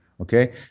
okay